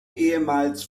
ehemals